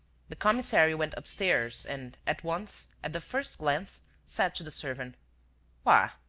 the commissary went upstairs and, at once, at the first glance, said to the servant why,